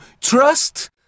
trust